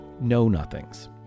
Know-Nothings